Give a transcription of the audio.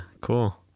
cool